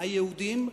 היהודים,